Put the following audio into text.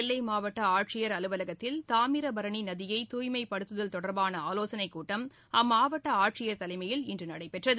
நெல்லை மாவட்ட ஆட்சியர் அலுவலகத்தில் தாமிரபரணி நதியை தூய்மைப்படுத்துதல் தொடர்பான ஆலோசனைக்கூட்டம் அம்மாவட்ட ஆட்சியர் தலைமையில் இன்று நடைபெற்றது